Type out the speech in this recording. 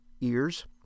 ears